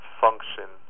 function